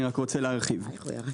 אני רוצה להרחיב בנושא.